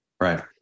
Right